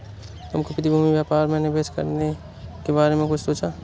तुमने प्रतिभूति व्यापार में निवेश करने के बारे में कुछ सोचा?